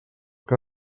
que